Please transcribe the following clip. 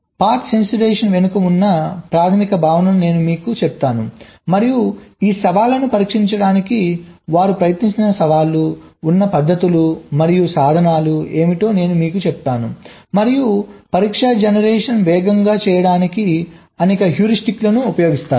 path sensitisation వెనుక ఉన్న ప్రాథమిక భావనను నేను మీకు చెప్తాను మరియు ఈ సవాళ్లను పరిష్కరించడానికి వారు ప్రయత్నిస్తున్న సవాళ్లు ఉన్న పద్ధతులు మరియు సాధనాలు ఏమిటో నేను మీకు చెప్తాను మరియు పరీక్ష జనరేషన్ వేగంగా చేయుటకు అనేక హ్యూరిస్టిక్లను ఉపయోగిస్తాను